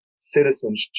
citizenship